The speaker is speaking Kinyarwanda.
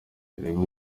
irimo